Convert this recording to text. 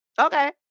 Okay